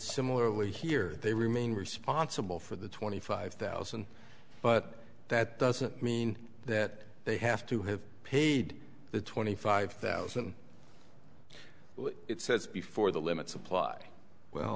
similarly here they remain responsible for the twenty five thousand but that doesn't mean that they have to have paid the twenty five thousand it says before the limits apply well